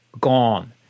gone